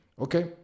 Okay